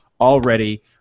already